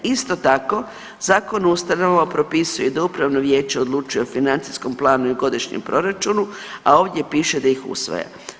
Isto tako Zakon o ustanovama propisuje da upravno vijeće odlučuje o financijskom planu i godišnjem proračunu, a ovdje piše da ih usvaja.